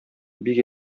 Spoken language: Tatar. бик